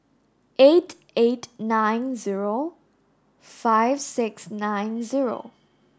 eight eight nine zero five six nine zero